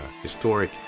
historic